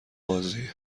بازیه